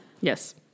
Yes